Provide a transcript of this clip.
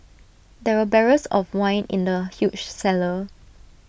there were barrels of wine in the huge cellar